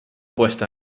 puesto